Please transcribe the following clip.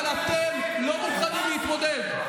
אבל אתם לא מוכנים להתמודד.